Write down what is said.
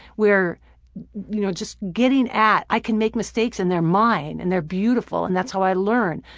we're you know just getting at i can make mistakes and they're mine and they're beautiful, and that's how i learn.